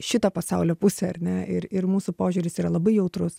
šitą pasaulio pusę ar ne ir ir mūsų požiūris yra labai jautrus